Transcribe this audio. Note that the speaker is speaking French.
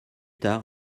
tard